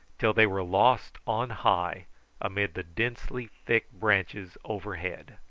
till they were lost on high amid the densely thick branches overhead.